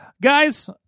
Guys